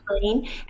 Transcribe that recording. clean